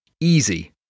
easy